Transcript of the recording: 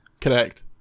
correct